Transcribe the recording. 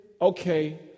okay